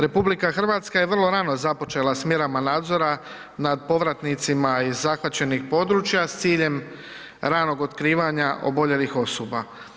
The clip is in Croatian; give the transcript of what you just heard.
RH je vrlo rano započela s mjerama nadzora nad povratnicima iz zahvaćenih područja s ciljem ranog otkrivanja oboljelih osoba.